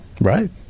Right